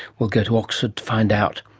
we'll go to oxford to find out.